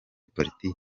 politiki